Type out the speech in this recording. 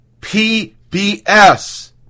PBS